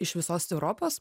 iš visos europos